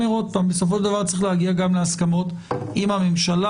בסופו של דבר, צריך להגיע גם להסכמות עם הממשלה.